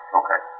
okay